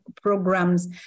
programs